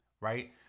right